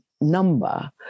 number